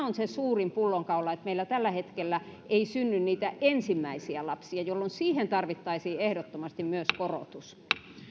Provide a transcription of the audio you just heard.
on se suurin pullonkaula että meillä tällä hetkellä ei synny niitä ensimmäisiä lapsia jolloin siihen tarvittaisiin ehdottomasti myös korotus